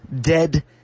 Dead